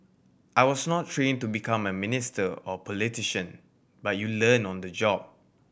I was not trained to become a minister or politician but you learn on the job